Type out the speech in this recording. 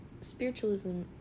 spiritualism